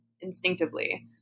instinctively